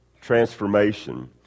transformation